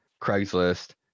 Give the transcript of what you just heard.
Craigslist